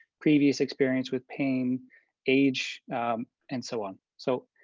previous experience with pain age and so on. so